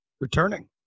returning